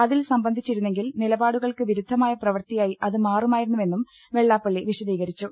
അതിൽ സംബന്ധിച്ചിരുന്നെങ്കിൽ നിലപാടുകൾക്ക് വിരു ദ്ധമായ പ്രവൃത്തിയായി അത് മാറുമായിരുന്നുവെന്നും വെള്ളാ പ്പള്ളി വിശദീകരിച്ചു